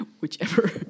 whichever